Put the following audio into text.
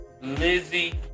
Lizzie